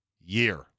year